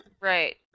right